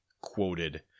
quoted